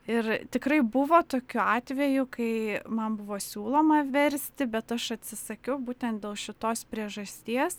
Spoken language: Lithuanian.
ir tikrai buvo tokių atvejų kai man buvo siūloma versti bet aš atsisakiau būtent dėl šitos priežasties